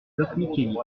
locmiquélic